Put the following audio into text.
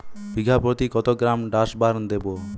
বিঘাপ্রতি কত gram Dursban দেবো?